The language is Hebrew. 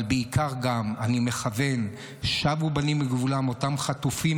אבל בעיקר אני מכוון את "שבו בנים לגבולם" לאותם חטופים,